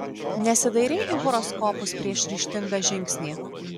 nesidairei į horoskopus prieš ryžtingą žingsnį